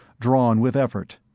drawn with effort.